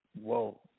Whoa